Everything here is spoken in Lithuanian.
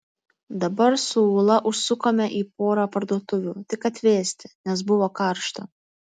dabar su ūla užsukome į porą parduotuvių tik atvėsti nes buvo karšta